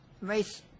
Race